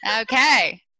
okay